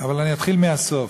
אבל אני אתחיל מהסוף,